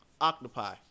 octopi